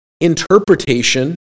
interpretation